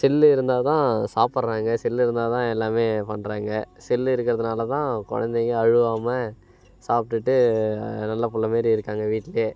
cell இருந்தால் தான் சாப்பிட்றாங்க செல்லு இருந்தால் தான் எல்லாமே பண்ணுறாங்க செல்லு இருக்கிறதுனால தான் குழந்தைங்க அழுவாம சாப்பிட்டுட்டு நல்ல பிள்ள மாரி இருக்காங்க வீட்டில்